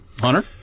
Hunter